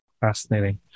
fascinating